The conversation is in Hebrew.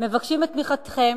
מבקשים את תמיכתכם,